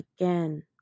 again